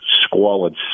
squalid